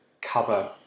cover